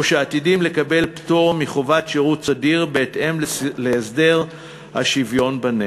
שעתידים לקבל פטור מחובת שירות סדיר בהתאם להסדר השוויון בנטל.